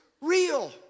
real